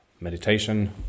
meditation